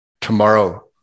tomorrow